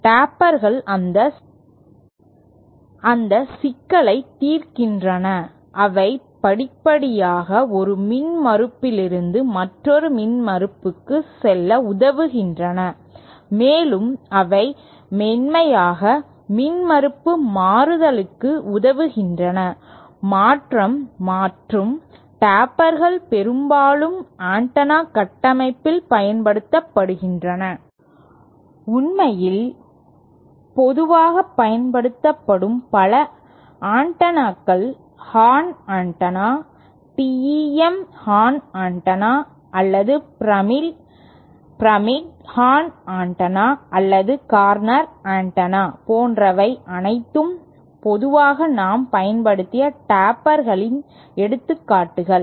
டேப்பர்கள் அந்த சிக்கலை தீர்க்கின்றன அவை படிப்படியாக ஒரு மின்மறுப்பிலிருந்து மற்றொரு மின்மறுப்புக்கு செல்ல உதவுகின்றன மேலும் அவை மென்மையாக மின்மறுப்பு மாறுதலுக்கு உதவுகின்றன மாற்றம் மற்றும் டேப்பர்கள் பெரும்பாலும் ஆண்டெனா கட்டமைப்பில் பயன்படுத்தப்படுகின்றன உண்மையில் பொதுவாக பயன்படுத்தப்படும் பல ஆண்டெனாக்கள் horn antenna TEM horn antenna அல்லது பிரமிடல் ஹார்ன் ஆண்டெனா அல்லது Corner ஆண்டெனா போன்றவை அனைத்தும் பொதுவாக நாம் பயன்படுத்திய டேப்பர்களின் எடுத்துக்காட்டுகள்